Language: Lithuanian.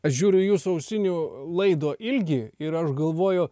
aš žiūriu į jūsų ausinių laido ilgį ir aš galvoju